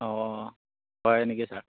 অঁ হয় নেকি ছাৰ